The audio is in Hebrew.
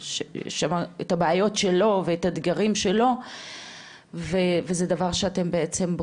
את הבעיות שלו ואת האתגרים שלו וזה דבר שאתם בעצם,